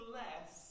less